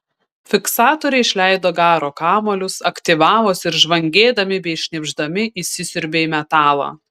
fiksatoriai išleido garo kamuolius aktyvavosi ir žvangėdami bei šnypšdami įsisiurbė į metalą